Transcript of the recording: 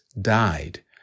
died